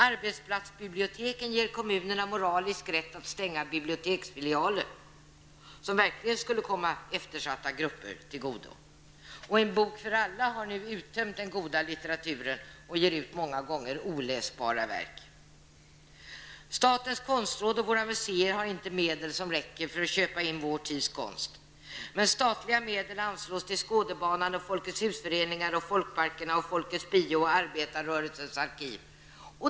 Arbetsplatsbiblioteken ger kommunerna moralisk rätt att stänga biblioteksfilialer som verkligen skulle komma eftersatta grupper till godo. En bok för alla har nu uttömt den goda litteraturen och ger ut många gånger oläsbara verk. Statens konstråd och våra museer har inte medel som räcker för att köpa in vår tids konst. Men statliga medel anslås till Skådebanan, Folkets Arbetarrörelsens arkiv.